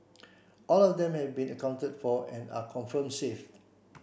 all of them have been accounted for and are confirmed safe